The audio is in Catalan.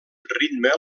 ritme